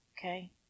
Okay